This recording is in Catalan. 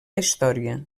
història